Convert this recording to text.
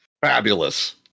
Fabulous